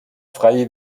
frei